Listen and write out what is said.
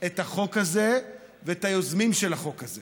את החוק הזה ואת היוזמים של החוק הזה,